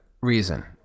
reason